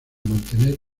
mantener